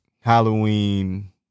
Halloween